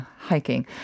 hiking